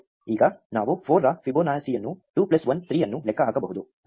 ಈಗ ನಾವು 4 ರ ಫಿಬೊನಾಕಿಯನ್ನು 2 ಪ್ಲಸ್ 1 3 ಅನ್ನು ಲೆಕ್ಕ ಹಾಕಬಹುದು